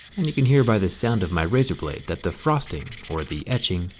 and you can hear by the sound of my razor blade that the frosting, or the etching,